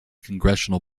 congressional